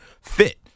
fit